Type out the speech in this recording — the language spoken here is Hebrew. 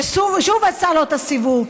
ששוב עשה לו את הסיבוב.